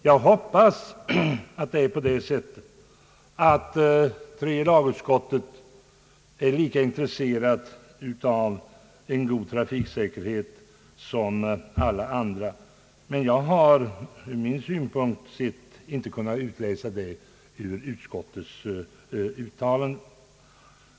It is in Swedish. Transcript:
Jag hoppas att tredje lagutskottet är lika intresserat av en god trafiksäkerhet som alla andra, men jag har från min synpunkt sett inte kunnat utläsa det ur utskottets uttalande.